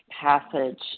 passage